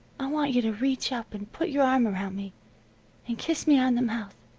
i want you to reach up, and put your arm around me and kiss me on the mouth,